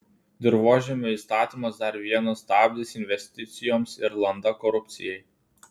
dirvožemio įstatymas dar vienas stabdis investicijoms ir landa korupcijai